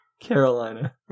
Carolina